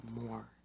more